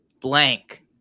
blank